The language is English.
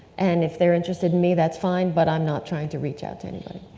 and if they're interested in me, that's fine, but i'm not trying to reach out to anybody.